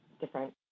different